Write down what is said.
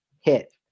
hit